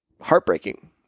heartbreaking